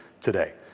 today